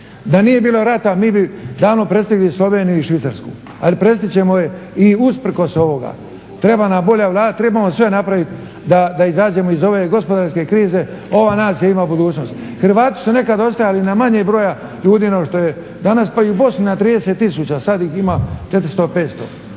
Da nije bilo rata mi bi davno prestigli Sloveniju i Švicarsku, ali prestići ćemo ju i usprkos ovoga. Treba nam bolja Vlada, trebamo sve napraviti da izađemo iz ove gospodarske krize. Ova nacija ima budućnost. Hrvati su nekad ostajali na manjem broju ljudi nego što je danas, pa i u Bosni na 30 tisuća, sad ih ima 400, 500.